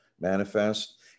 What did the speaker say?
manifest